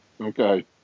Okay